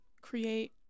create